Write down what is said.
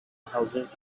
houses